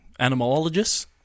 animalologists